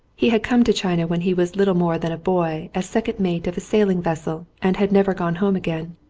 he had come to china when he was little more than a boy as second mate of a sailing vessel and had never gone home again.